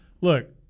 Look